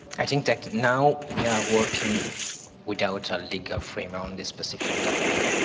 i think that now we are working without a legal frame around this specific topic.